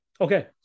Okay